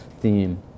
theme